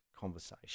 conversation